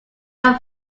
are